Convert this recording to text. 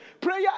prayer